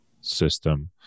system